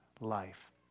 life